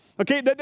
Okay